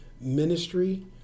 ministry